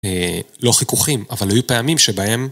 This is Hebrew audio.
לא חיכוכים אבל היו פעמים שבהם